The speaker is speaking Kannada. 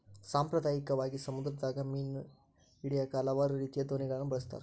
ಸಾಂಪ್ರದಾಯಿಕವಾಗಿ, ಸಮುದ್ರದಗ, ನದಿಗ ಮೀನು ಹಿಡಿಯಾಕ ಹಲವಾರು ರೀತಿಯ ದೋಣಿಗಳನ್ನ ಬಳಸ್ತಾರ